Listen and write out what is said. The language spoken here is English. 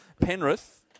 Penrith